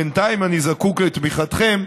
בינתיים אני זקוק לתמיכתכם,